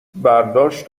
برداشت